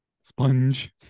Sponge